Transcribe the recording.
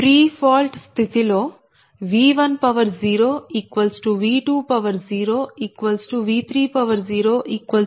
pre fault స్థితి లో V10V20V30V401